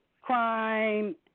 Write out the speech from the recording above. crime